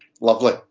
Lovely